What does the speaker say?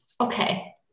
Okay